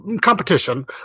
competition